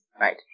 right